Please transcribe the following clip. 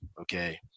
Okay